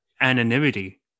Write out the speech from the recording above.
anonymity